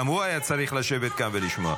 גם הוא היה צריך לשבת פה ולשמוע.